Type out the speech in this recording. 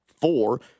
four